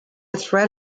thread